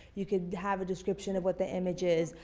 you could have a description of what the image is.